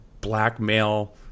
blackmail